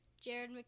Jared